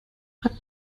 hat